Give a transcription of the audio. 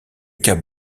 cap